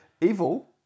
Evil